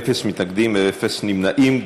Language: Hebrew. אפס מתנגדים, אפס נמנעים.